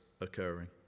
occurring